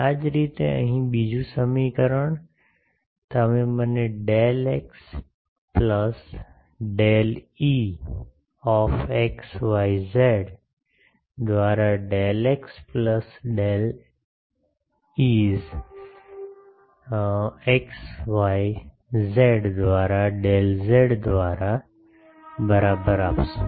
આ જ રીતે અહીં બીજું સમીકરણ તમે મને del x plus del e x y z દ્વારા del x plus del is x y z દ્વારા ડેલ ઝેડ દ્વારા બરાબર આપશો